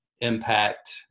impact